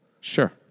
Sure